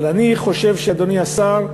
אבל אני חושב, אדוני השר,